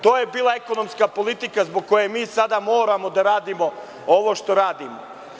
To je bila ekonomska politika zbog koje mi sada moramo da radimo ovo što radimo.